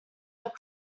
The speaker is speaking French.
pour